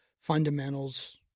fundamentals